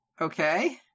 Okay